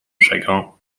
chagrin